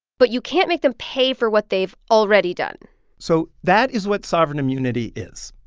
but you can't make them pay for what they've already done so that is what sovereign immunity is.